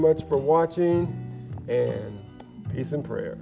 much for watching and he's in prayer